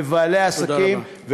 לבעלי העסקים,